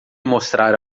mostrar